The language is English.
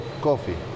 coffee